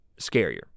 scarier